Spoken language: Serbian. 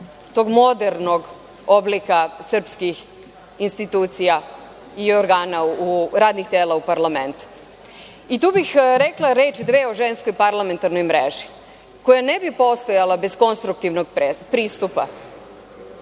tog modernog oblika srpskih institucija i radnih tela u parlamentu. Tu bih rekla reč, dve o Ženskoj parlamentarnoj mreži, koja ne bi postojala bez konstruktivnog pristupa.